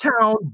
town